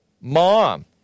Mom